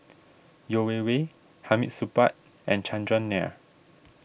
Yeo Wei Wei Hamid Supaat and Chandran Nair